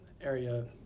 area